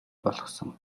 болгосон